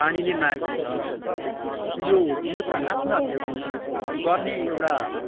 पानीले मारिदिन्छ अनि यो यो त आत्महत्या गर्ने एउटा